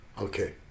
Okay